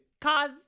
cause